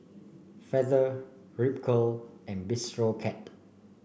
Feather Ripcurl and Bistro Cat